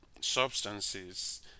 substances